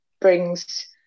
brings